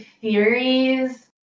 theories